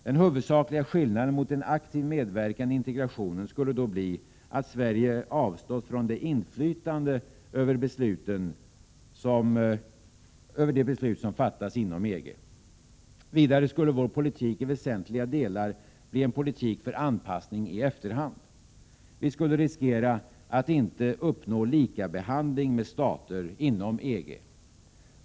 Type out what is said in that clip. Den huvudsakliga skillnaden mot en aktiv medverkan i integrationen skulle då bli, att Sverige avstått från inflytandet över de beslut som fattas av EG. Vidare skulle vår politik i väsentliga delar bli en politik för anpassning i efterhand. Vi skulle riskera att inte uppnå likabehandling inom EG.